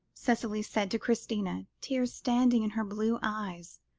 cicely said to christina, tears standing in her blue eyes,